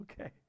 Okay